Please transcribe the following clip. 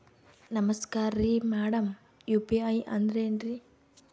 ನಮಸ್ಕಾರ್ರಿ madam UPI ಅಂದ್ರೆನ್ರಿ?